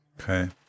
Okay